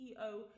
CEO